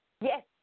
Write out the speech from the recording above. Yes